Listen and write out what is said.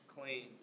clean